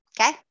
Okay